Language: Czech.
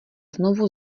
znovu